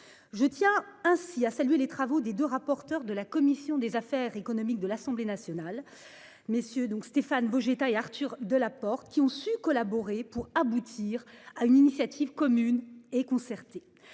Je tiens ainsi a salué les travaux des 2, rapporteur de la commission des affaires économiques de l'Assemblée nationale. Messieurs donc Stéphane Vojetta et Arthur Delaporte, qui ont su collaborer pour aboutir à une initiative commune et concertée.